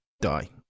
die